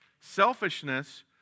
Selfishness